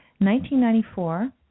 1994